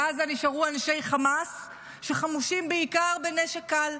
בעזה נשארו אנשי חמאס שחמושים בעיקר בנשק קל,